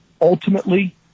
ultimately